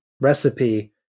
recipe